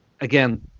again